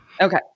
Okay